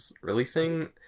releasing